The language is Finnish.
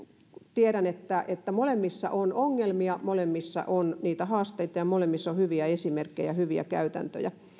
tiedän että molemmissa on ongelmia molemmissa on niitä haasteita ja molemmissa on hyviä esimerkkejä ja hyviä käytäntöjä